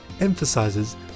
emphasizes